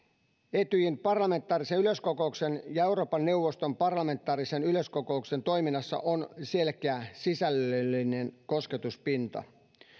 etyjin parlamentaarisen yleiskokouksen ja euroopan neuvoston parlamentaarisen yleiskokouksen toiminnassa on selkeä sisällöllinen kosketuspinta